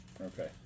Okay